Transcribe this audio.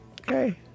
Okay